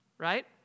right